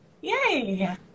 Yay